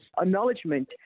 acknowledgement